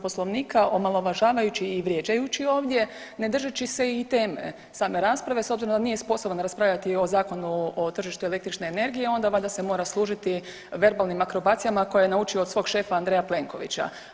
Poslovnika, omalovažavajući i vrijeđajući ovdje, ne držeći se i teme same rasprave s obzirom da nije sposoban raspravljati o Zakonu o tržištu električne energije onda valjda se mora služiti verbalnim akrobacijama koje je naučio od svog šefa Andreja Plenkovića.